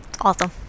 Awesome